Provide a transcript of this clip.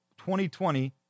2020